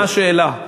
מה השאלה?